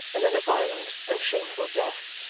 and then a violent and shameful death.